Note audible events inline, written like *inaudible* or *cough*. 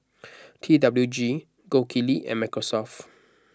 *noise* T W G Gold Kili and Microsoft